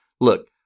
look